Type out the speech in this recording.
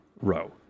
row